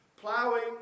Plowing